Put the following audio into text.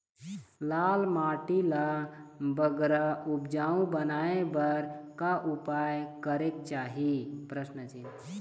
लाल माटी ला बगरा उपजाऊ बनाए बर का उपाय करेक चाही?